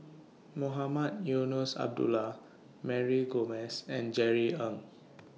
Mohamed Eunos Abdullah Mary Gomes and Jerry Ng